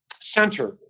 center